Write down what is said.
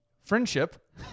friendship